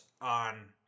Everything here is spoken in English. on